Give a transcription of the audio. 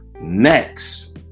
Next